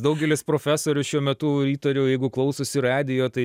daugelis profesorių šiuo metu įtariu jeigu klausosi radijo tai